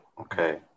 okay